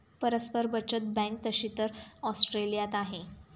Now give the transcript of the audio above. परस्पर बचत बँक तशी तर ऑस्ट्रेलियात आहे